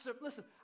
Listen